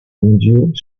mondiaux